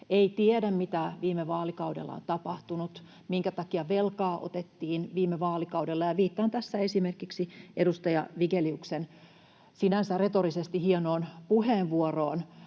ei tiedä, mitä viime vaalikaudella on tapahtunut, minkä takia velkaa otettiin viime vaalikaudella, ja viittaan tässä esimerkiksi edustaja Vigeliuksen sinänsä retorisesti hienoon puheenvuoroon.